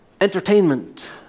entertainment